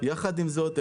יחד עם זאת,